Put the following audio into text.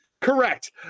Correct